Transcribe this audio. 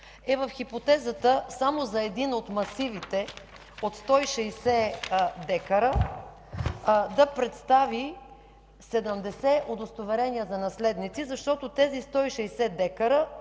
е в хипотезата само за един от масивите от 160 дка да представи 70 удостоверения за наследници, защото тези 160 дка